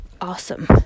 awesome